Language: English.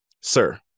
sir